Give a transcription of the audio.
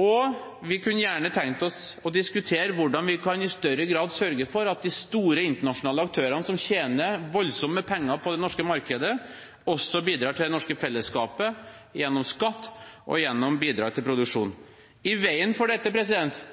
og vi kunne gjerne tenkt oss å diskutere hvordan vi i større grad kan sørge for at de store internasjonale aktørene, som tjener voldsomt med penger på det norske markedet, også bidrar til det norske fellesskapet gjennom skatt og bidrag til produksjon. I veien for dette